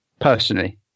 Personally